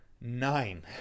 Nine